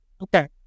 okay